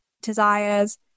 desires